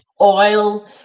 oil